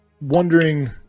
wondering